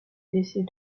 décès